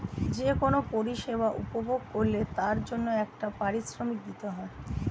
যে কোন পরিষেবা উপভোগ করলে তার জন্যে একটা পারিশ্রমিক দিতে হয়